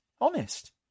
Honest